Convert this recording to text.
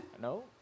No